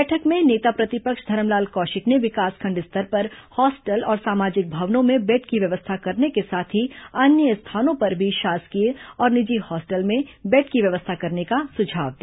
बैठक में नेता प्रतिपक्ष धरमलाल कौशिक ने विकासखंड स्तर पर हॉस्टल और सामाजिक भवनों में बेड की व्यवस्था करने के साथ ही अन्य स्थानों पर भी शासकीय और निजी हॉस्टल में बेड की व्यवस्था करने का सुझाव दिया